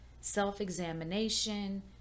self-examination